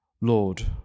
lord